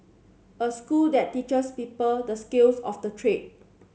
a school that teachers people the skills of the trade